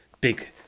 big